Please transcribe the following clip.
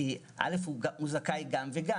הוא זכאי גם וגם.